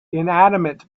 inanimate